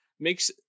makes